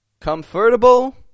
Comfortable